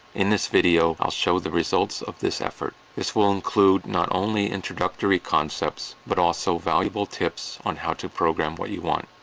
in this video, i'll show the results of this effort. this will include not only introductory concepts but also valuable tips on how to program what you want.